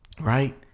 Right